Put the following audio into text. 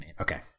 Okay